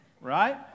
Right